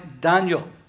Daniel